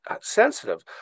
sensitive